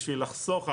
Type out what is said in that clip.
בשביל לחסוך,